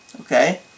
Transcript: Okay